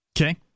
Okay